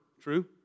True